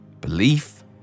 belief